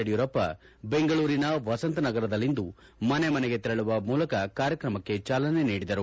ಯಡಿಯೂರಪ್ಪ ಬೆಂಗಳೂರಿನ ವಸಂತನಗರ ದಲ್ಲಿಂದು ಮನೆ ಮನೆಗೆ ತೆರಳುವ ಮೂಲಕ ಕಾರ್ಯಕ್ರಮಕ್ಕೆ ಚಾಲನೆ ನೀಡಿದರು